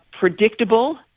predictable